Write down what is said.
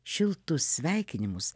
šiltus sveikinimus